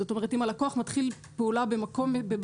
זאת אומרת אם הלקוח מתחיל פעולה בבנק